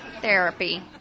therapy